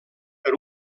per